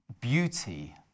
beauty